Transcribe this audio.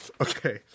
Okay